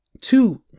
two